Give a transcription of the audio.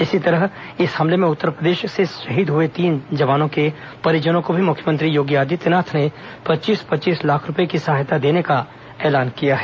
इसी तरह इस हमले में उत्तरप्रदेश से शहीद हुए तीन जवानों के परिजनों को भी मुख्यमंत्री योगी आदित्यनाथ ने पच्चीस पच्चीस लाख रूपये की सहायता देने का ऐलान किया है